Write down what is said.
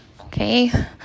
Okay